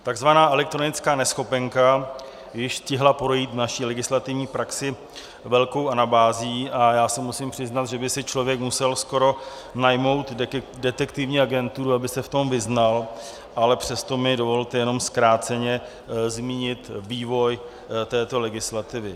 Takzvaná elektronická neschopenka již stihla projít v naší legislativní praxi velkou anabází a já se musím přiznat, že by si člověk musel skoro najmout detektivní agenturu, aby se v tom vyznal, ale přesto mi dovolte jenom zkráceně zmínit vývoj této legislativy.